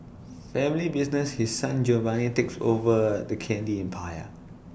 family business His Son Giovanni takes over the candy empire